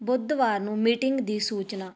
ਬੁੱਧਵਾਰ ਨੂੰ ਮੀਟਿੰਗ ਦੀ ਸੂਚਨਾ